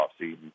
offseason